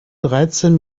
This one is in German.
dreizehn